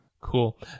Cool